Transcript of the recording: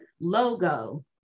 logo